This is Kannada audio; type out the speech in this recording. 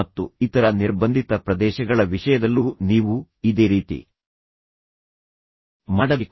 ಮತ್ತು ಇತರ ನಿರ್ಬಂಧಿತ ಪ್ರದೇಶಗಳ ವಿಷಯದಲ್ಲೂ ನೀವು ಇದೇ ರೀತಿ ಮಾಡಬೇಕು